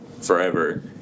forever